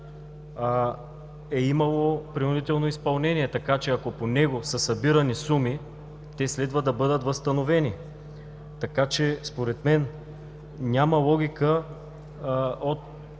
е имало принудително изпълнение. Така че ако по него са събирани суми, те следва да бъдат възстановени. Така че според мен няма логика от